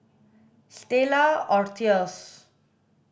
Stella Artois